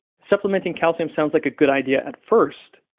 supplementing calcium sounds like a good idea at first,